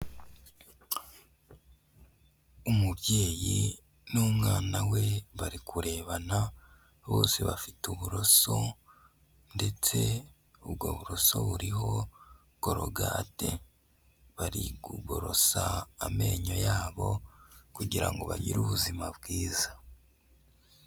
Umubyeyi n'umwana we bari kurebana, bose bafite uburoso ndetse ubwo buroso buriho korogate, bari kugorosa amenyo yabo kugira ngo bagire ubuzima bwiza.